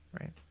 right